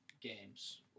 games